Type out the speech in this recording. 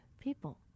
people